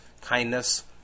kindness